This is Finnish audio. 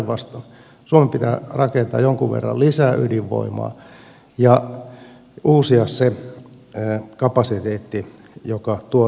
päinvastoin suomen pitää rakentaa jonkun verran lisää ydinvoimaa ja uusia se kapasiteetti joka tuotannosta poistuu